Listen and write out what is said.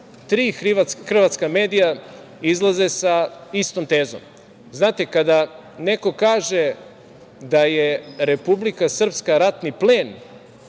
tri hrvatska medija izlaze sa istom tezom. Znate, kada neko kaže da je Republika Srpska ratni plen